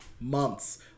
months